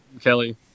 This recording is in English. Kelly